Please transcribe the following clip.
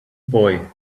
boy